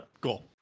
Cool